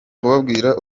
kubabwira